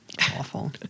awful